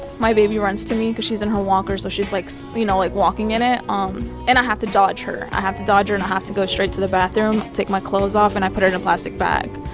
my baby runs to me cause she's in her walker, so she's, like, so you know, like, walking in it um and i have to dodge her. i have to dodge her, and i have to go straight to the bathroom, take my clothes off and i put them in a plastic bag.